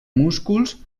músculs